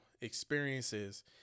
experiences